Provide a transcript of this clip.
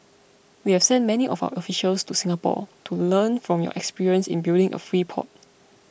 we have sent many of our officials to Singapore to learn from your experience in building a free port